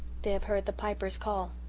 they have heard the piper's call.